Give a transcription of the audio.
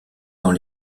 dans